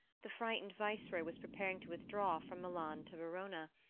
the frightened vice-roy was preparing to withdraw from milan to verona,